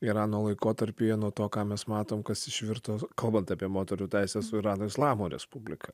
irano laikotarpyje nuo to ką mes matome kas išvirto kalbant apie moterų teises su irano islamo respublika